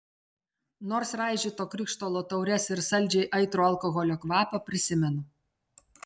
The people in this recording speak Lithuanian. nors raižyto krištolo taures ir saldžiai aitrų alkoholio kvapą prisimenu